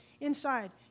inside